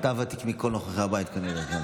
אתה הוותיק מכל נוכחי הבית כאן.